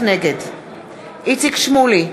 נגד איציק שמולי,